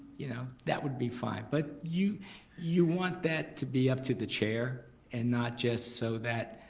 you know that would be fine. but you you want that to be up to the chair and not just so that